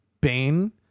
Bane